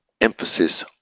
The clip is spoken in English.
emphasis